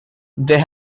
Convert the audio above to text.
they